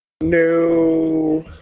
No